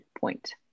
point